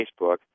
Facebook